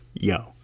Yo